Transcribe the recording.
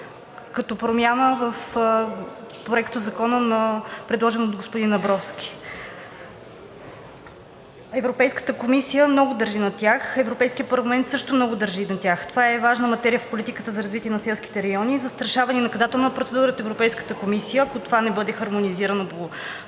промяна в Проектозакона, предложен от господин Абровски. Европейската комисия много държи на тях, Европейският парламент също много държи на тях, това е важна материя в политиката за развитие на селските райони. Застрашава ни наказателна процедура от Европейската комисия, ако това не бъде хармонизирано